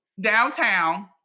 downtown